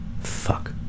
Fuck